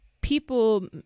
people